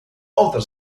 other